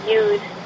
use